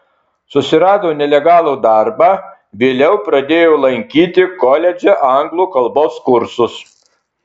susirado nelegalų darbą vėliau pradėjo lankyti koledže anglų kalbos kursus